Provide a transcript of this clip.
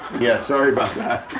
yeah sorry about that.